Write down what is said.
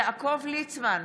יעקב ליצמן,